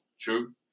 True